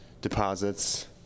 deposits